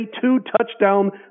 two-touchdown